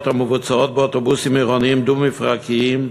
המבוצעות באוטובוסים עירוניים דו-מפרקיים,